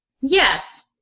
yes